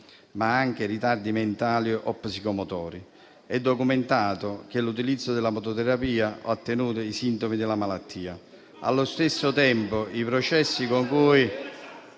ma anche ritardi mentali o psicomotori. È documentato che l'utilizzo della mototerapia attenua i sintomi della malattia; allo stesso tempo i processi con cui